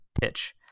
pitch